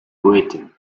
written